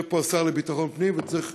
יושב פה השר לביטחון פנים, וצריך